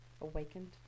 Awakened